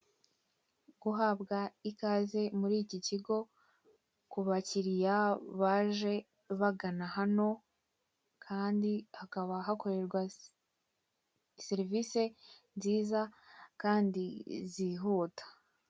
Guhabwa ikaze muri iki kigo, kubakiriya baje bagana hano Kandi hakaba hakorerwa serivise nziza kandi zihuta.